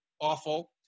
awful